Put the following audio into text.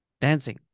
dancing